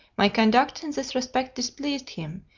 my conduct in this respect displeased him,